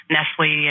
Nestle